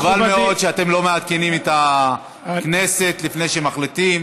חבל מאוד שאתם לא מעדכנים את הכנסת לפני שמחליטים.